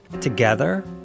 together